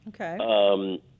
Okay